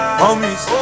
homies